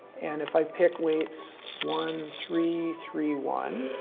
and if i pick weights one, three, three, one,